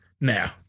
now